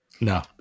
No